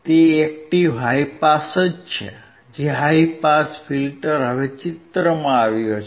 તે active high pass છે જે હાઈ પાસ ફિલ્ટર હવે ચિત્રમાં આવ્યો છે